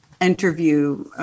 interview